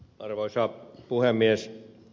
arvoisa puhemies